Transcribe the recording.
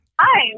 Hi